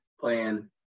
plan